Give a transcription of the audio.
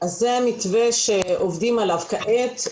זה המתווה שעובדים עליו כעת.